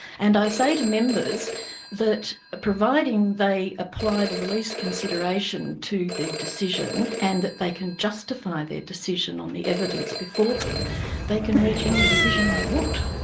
and i say to members that providing they apply the release consideration to the decision, and that they can justify their decision on the evidence before them they can reach any decision they want.